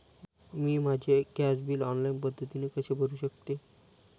मी माझे gas bill online पद्धतीने कसे भरु शकते?